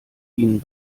ihnen